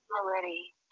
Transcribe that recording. already